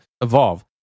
evolve